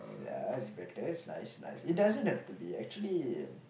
s~ ah it's better nice nice it doesn't have to be actually